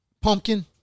pumpkin